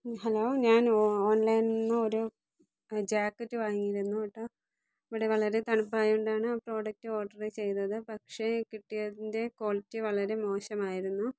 hello ഞാൻ on ഓൺലൈനിൽ നിന്നൊരു ജാക്കറ്റ് വാങ്ങിയിരുന്നു ഏട്ടാ ഇവിടെ വളരെ തണുപ്പായതുകൊണ്ടാണ് ആ പ്രൊഡക്റ്റ് ഓർഡർ ചെയ്തത് പക്ഷേ കിട്ടിയതിന്റെ കോളിറ്റി വളരെ മോശമായിരുന്നു